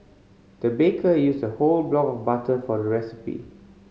the baker used a whole block of butter for recipe